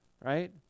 right